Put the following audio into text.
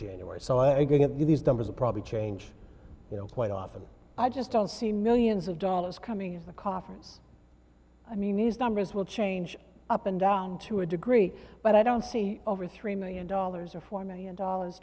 january so i get these numbers probably change quite often i just don't see millions of dollars coming into the coffers i mean these numbers will change up and down to a degree but i don't see over three million dollars or four million dollars